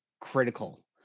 critical